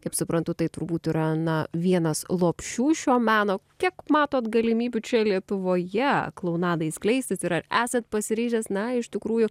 kaip suprantu tai turbūt yra na vienas lopšių šio meno kiek matot galimybių čia lietuvoje klounadai skleistis ir ar esat pasiryžęs na iš tikrųjų